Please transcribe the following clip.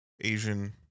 asian